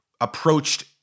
approached